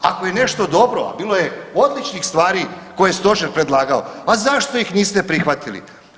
Ako je nešto dobro, a bilo je odličnih stvari koje je stožer predlagao, a zašto ih niste prihvatili?